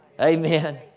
Amen